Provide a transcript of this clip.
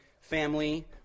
family